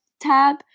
tab